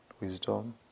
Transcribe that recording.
wisdom